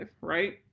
right